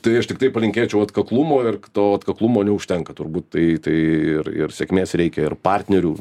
tai aš tiktai palinkėčiau atkaklumo ir to atkaklumo neužtenka turbūt tai ir ir sėkmės reikia ir partnerių